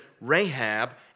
Rahab